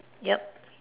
yup